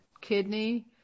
kidney